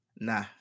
Nah